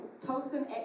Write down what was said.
Tolson